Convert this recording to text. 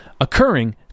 occurring